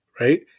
Right